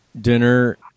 dinner